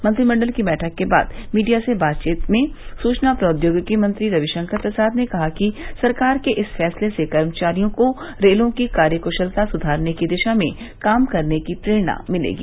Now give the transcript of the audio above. मंत्रिमंडल की बैठक के बाद मीडिया से बातचीत में सुचना प्रोद्योगिकी मंत्री रविशंकर प्रसाद ने कहा कि सरकार के इस फैसले से कर्मचारियों को रेलों की कार्यक्रालता सुधारने की दिशा में काम करने की प्रेरणा मिलेगी